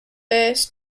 bass